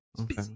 Okay